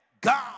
God